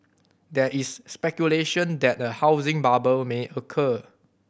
there is speculation that a housing bubble may occur